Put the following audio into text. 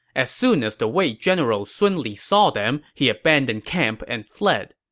as soon as the wei general sun li saw them, he abandoned camp and fled.